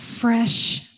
Fresh